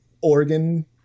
organ